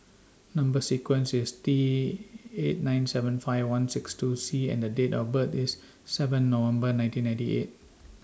Number sequence IS T eight nine seven five one six two C and Date of birth IS seven November nineteen ninety eight